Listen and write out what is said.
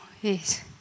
Yes